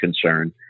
concern